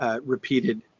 repeated